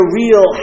real